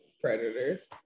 predators